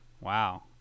wow